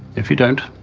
if you don't,